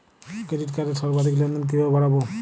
Credit কার্ডের সর্বাধিক লেনদেন কিভাবে বাড়াবো?